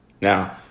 Now